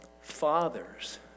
fathers